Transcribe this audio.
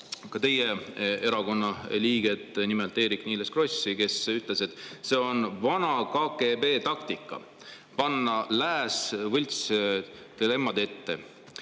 teie erakonna liiget, nimelt Eerik-Niiles Krossi, kes ütles, et see on vana KGB taktika panna lääs võltsdilemmade ette,